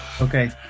Okay